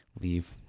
Leave